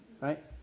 Right